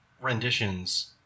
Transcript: renditions